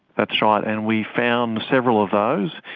that's right, and we found several of those.